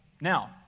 Now